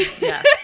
Yes